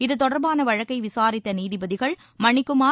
இது தொடர்பான வழக்கை விசாரித்த நீதிபதிகள் மணிகுமார்